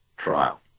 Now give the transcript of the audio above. Trial